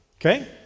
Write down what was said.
Okay